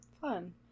Fun